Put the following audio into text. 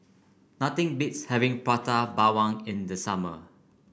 nothing beats having Prata Bawang in the summer